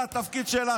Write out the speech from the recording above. שזה התפקיד שלה,